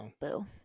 boo